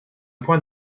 point